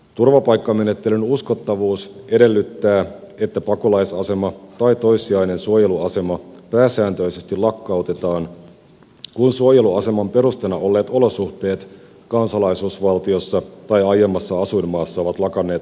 turvapaikkamenettelyn uskottavuus edellyttää että pakolaisasema tai toissijainen suojeluasema pääsääntöisesti lakkautetaan kun suojeluaseman perusteena olleet olosuhteet kansalaisuusvaltiossa tai aiemmassa asuinmaassa ovat lakanneet olemasta